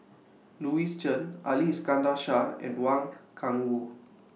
Louis Chen Ali Iskandar Shah and Wang Gungwu